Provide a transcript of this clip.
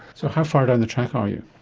so how far down the track are you?